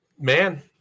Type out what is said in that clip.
man